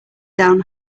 down